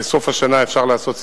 בסוף השנה אפשר לעשות סיכומים.